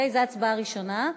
זו ההצבעה הראשונה.